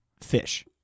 fish